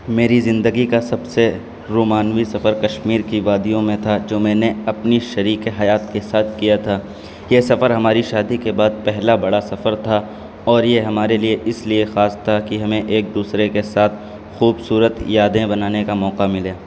میری زندگی کا سب سے رومانوی سفر کشمیر کی وادیوں میں تھا جو میں نے اپنی شریک حیات کے ساتھ کیا تھا یہ سفر ہماری شادی کے بعد پہلا بڑا سفر تھا اور یہ ہمارے لیے اس لیے خاص تھا کہ ہمیں ایک دوسرے کے ساتھ خوبصورت یادیں بنانے کا موقع ملے